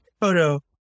photo